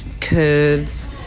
curves